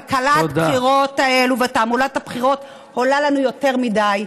כלכלת הבחירות הזו ותעמולת הבחירות עולות לנו יותר מדי.